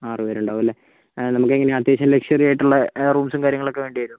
ആറ് പേരുണ്ടാവും അല്ലേ നമുക്കെങ്ങനെയാണ് അത്യാവശ്യം ലക്ഷുറി ആയിട്ടുള്ള റൂംസും കാര്യങ്ങളൊക്കെ വേണ്ടി വരുമോ